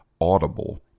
audible